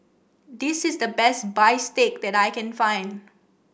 this is the best Bistake that I can find